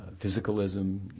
physicalism